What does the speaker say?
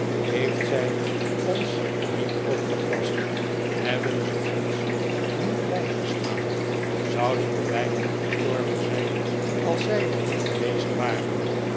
heeft zij ons niet opgepast hebben ze ons niet bijgestaan zouden we beiden niet gestorven zijn als zij er niet geweest waren